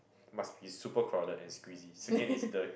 must be super crowded and squeezy second is the